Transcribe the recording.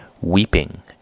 weeping